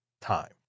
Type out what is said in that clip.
time